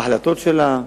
בהחלטות שלה,